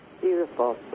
Beautiful